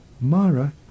Mara